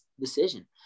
decision